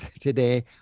today